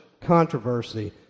controversy